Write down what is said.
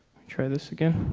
try this again.